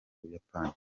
buyapani